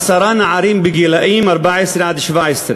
עשרה נערים בני 14 17,